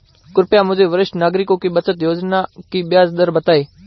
कृपया मुझे वरिष्ठ नागरिकों की बचत योजना की ब्याज दर बताएं